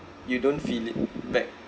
you don't feel it back